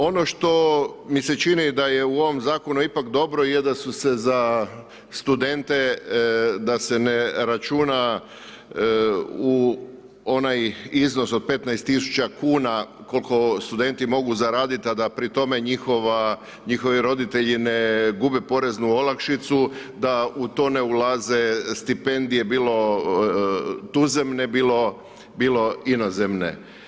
Ono što mi se čini da je u ovom zakonu ipak jer da su se za studente, da se ne računa u onaj iznos od 15 000 kuna koliko studenti mogu zaraditi a da pri tome njihovi roditelji ne gube poreznu olakšicu, da u tome ne ulaze stipendije, bilo tuzemne bilo inozemne.